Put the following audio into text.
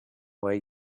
way